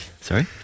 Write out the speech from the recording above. Sorry